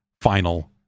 final